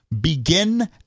begin